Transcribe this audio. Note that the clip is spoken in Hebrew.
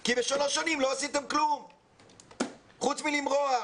כי במשך שלוש שנים לא עשיתם כלום חוץ מלמרוח.